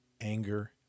anger